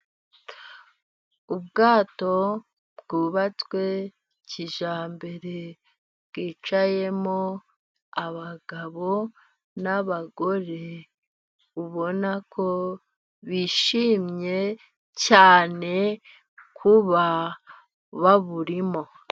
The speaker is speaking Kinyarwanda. Ubwato bwubatswe kijyambere， bwicayemo abagabo n'abagore， ubona ko bishimye cyane， kuba baburimo.